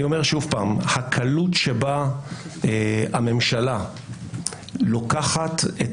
אני אומר שוב שהקלות בה הממשלה לוקחת את